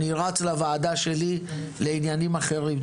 אני רץ לוועדה שלי לעניינים אחרים.